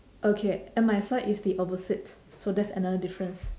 okay at my side it's the opposite so that's another difference